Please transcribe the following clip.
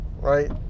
right